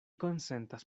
konsentas